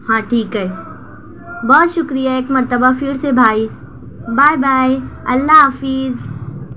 ہاں ٹھیک ہے بہت شکریہ ایک مرتبہ پھر سے بھائی بائے بائے اللہ حافظ